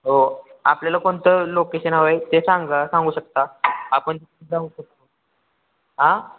हो आपल्याला कोणतं लोकेशन हवं आहे ते सांगा सांगू शकता आपण जाऊ शकतो आ